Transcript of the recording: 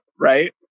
Right